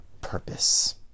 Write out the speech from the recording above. purpose